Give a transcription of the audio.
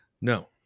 No